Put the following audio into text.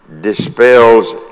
dispels